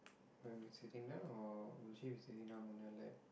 where we sitting now or will she be sitting down on your lap